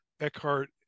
Eckhart